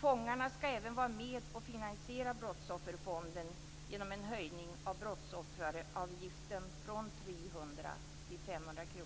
Fångarna skall vara med och finansiera Brottsofferfonden genom en höjning av brottsofferavgiften från 300 kr till 500 kr.